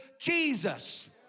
Jesus